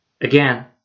again